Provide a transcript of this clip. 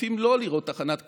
מעדיפים שלא לראות תחנת כוח,